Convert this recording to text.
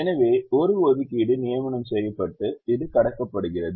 எனவே ஒரு ஒதுக்கீடு நியமனம் செய்யப்பட்டு இது கடக்கப்படுகிறது